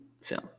film